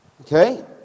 Okay